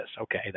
Okay